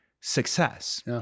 success